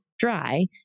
dry